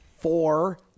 four